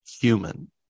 human